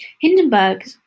Hindenburg